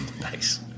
Nice